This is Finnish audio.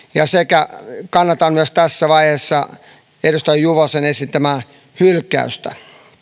sekä kannatan tässä vaiheessa myös edustaja juvosen esittämää hylkäystä